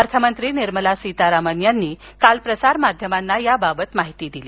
अर्थमंत्री निर्मला सीतारामन यांनी काल प्रसारमाध्यमांना याबाबत माहिती दिली